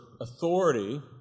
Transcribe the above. authority